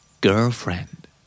Girlfriend